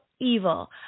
Evil